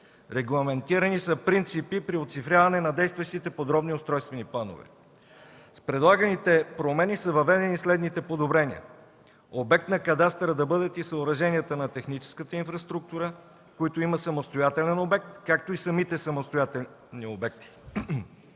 Регламентирани са принципи при оцифряване на действащите подробни устройствени планове. С предлаганите промени са въведени и следните подобрения: - обект на кадастъра да бъдат и съоръженията на техническата инфраструктура, в които има самостоятелен обект, както и самите самостоятелни обекти;